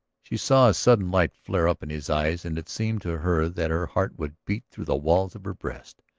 she saw a sudden light flare up in his eyes and it seemed to her that her heart would beat through the walls of her breast.